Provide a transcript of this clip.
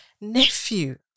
nephew